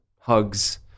hugs